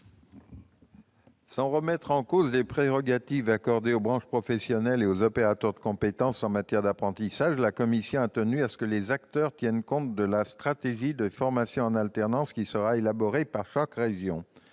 Sans remettre en cause les prérogatives accordées aux branches professionnelles et aux opérateurs de compétences en matière d'apprentissage, la commission a tenu à ce que ces acteurs tiennent compte de la stratégie des formations en alternance qui sera élaborée par chaque région.